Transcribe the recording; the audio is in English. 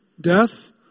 Death